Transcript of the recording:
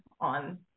on